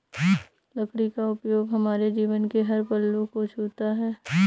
लकड़ी का उपयोग हमारे जीवन के हर पहलू को छूता है